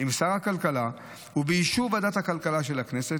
עם שר הכלכלה ובאישור ועדת הכלכלה של הכנסת,